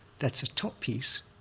that's a top piece,